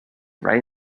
right